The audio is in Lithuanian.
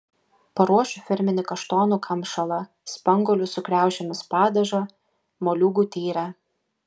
paruošiu firminį kaštonų kamšalą spanguolių su kriaušėmis padažą moliūgų tyrę